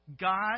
God